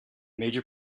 major